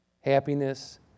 happiness